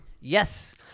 Yes